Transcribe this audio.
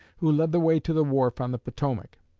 who led the way to the wharf on the potomac,